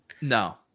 No